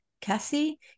Cassie